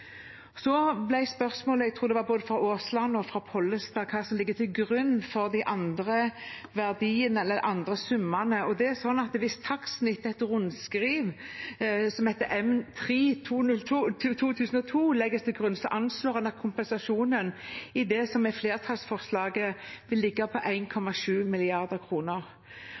Så var spørsmålet, jeg tror det var fra både Aasland og Pollestad, hva som ligger til grunn for de andre verdiene eller summene. Hvis taksten i et rundskriv som heter M-3/2002, legges til grunn, anslår en at kompensasjonen i det som er flertallsforslaget, vil ligge på